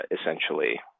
essentially